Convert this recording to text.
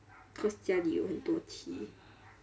cause 家里有很多 tea